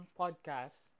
podcast